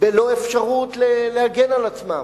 בלא אפשרות להגן על עצמם.